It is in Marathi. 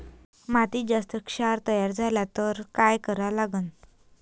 मातीत जास्त क्षार तयार झाला तर काय करा लागन?